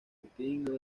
putin